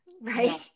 right